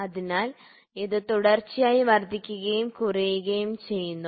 അതിനാൽ ഇത് തുടർച്ചയായി വർദ്ധിക്കുകയും കുറയുകയും ചെയ്യുന്നു